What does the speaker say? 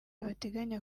bateganya